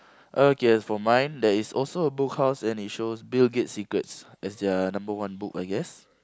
okay as for mine there is also a Book House and it shows Bill-Gates secrets as their number one book I guess